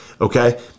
okay